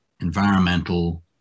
environmental